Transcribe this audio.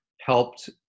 helped